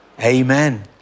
Amen